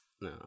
no